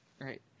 Right